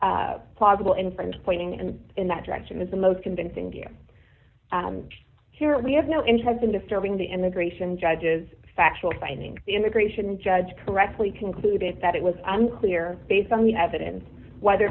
plausible inference pointing and in that direction is the most convincing here we have no interest in disturbing the immigration judges factual finding the immigration judge correctly concluded that it was unclear based on the evidence whether